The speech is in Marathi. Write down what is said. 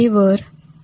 5' चे नियंत्रण असते